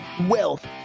wealth